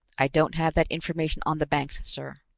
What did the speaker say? i don't have that information on the banks, sir.